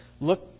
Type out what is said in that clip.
look